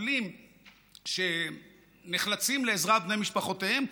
מטפלים שנחלצים לעזרת בני משפחותיהם.